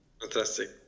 Fantastic